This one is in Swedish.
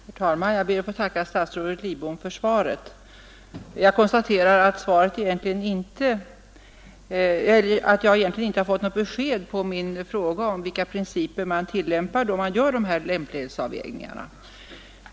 Herr talman! Jag ber att få tacka statsrådet Lidbom för svaret. Egentligen har jag inte fått något besked på min fråga om vilka principer man tillämpar då man gör dessa lämplighetsavvägningar.